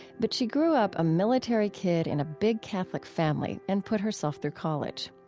but she grew up a military kid in a big catholic family and put herself through college.